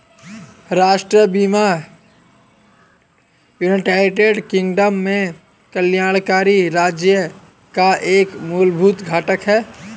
राष्ट्रीय बीमा United Kingdom में कल्याणकारी राज्य का एक मूलभूत घटक है